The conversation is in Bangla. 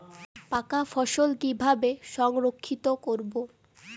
পাকা ফসল কিভাবে সংরক্ষিত করব?